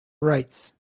rights